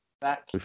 back